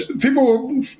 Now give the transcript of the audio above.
people